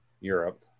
Europe